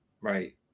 right